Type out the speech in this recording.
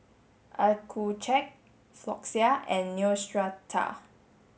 Accucheck Floxia and Neostrata